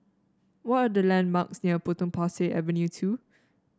what are the landmarks near Potong Pasir Avenue two